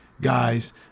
guys